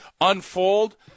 unfold